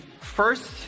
first